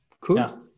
Cool